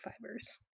fibers